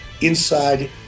inside